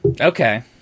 Okay